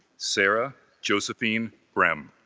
sara josephine bream